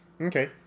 Okay